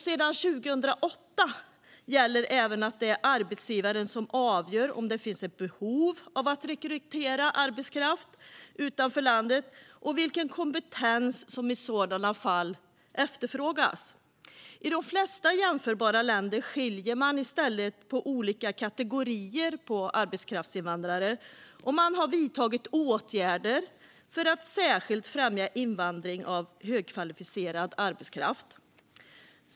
Sedan 2008 gäller även att det är arbetsgivaren som avgör om det finns ett behov av att rekrytera arbetskraft utanför landet och vilken kompetens som i sådana fall efterfrågas. I de flesta jämförbara länder skiljer man i stället på olika kategorier av arbetskraftsinvandrare, och man har vidtagit åtgärder för att särskilt främja invandring av högkvalificerad arbetskraft.